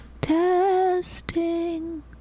Testing